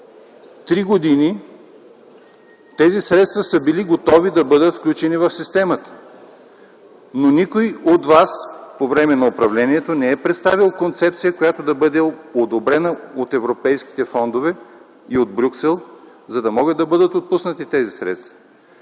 Три години тези средства са били готови да бъдат включени в системата, но по време на управлението никой от вас не е представил концепция, която да бъде одобрена от европейските фондове и от Брюксел, за да могат да бъдат отпуснати тези средства.